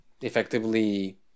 effectively